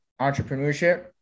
entrepreneurship